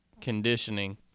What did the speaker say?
conditioning